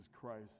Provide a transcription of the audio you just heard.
Christ